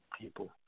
people